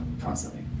constantly